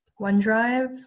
OneDrive